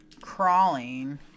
crawling